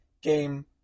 game